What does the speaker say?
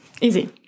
Easy